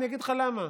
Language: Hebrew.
אגיד לך למה,